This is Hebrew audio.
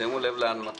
שימו לב להנמקה.